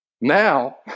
Now